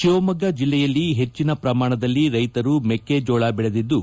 ತಿವಮೊಗ್ಗ ಜಿಲ್ಲೆಯಲ್ಲಿ ಹೆಚ್ಚಿನ ಪ್ರಮಾಣದಲ್ಲಿ ರೈತರು ಮೆಕ್ಕೆಜೋಳ ಬೆಳೆದಿದ್ದು